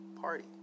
party